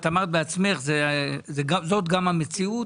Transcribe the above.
את אמרת בעצמך וזאת גם המציאות.